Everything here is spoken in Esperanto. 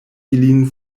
ilin